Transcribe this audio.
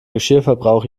geschirrverbrauch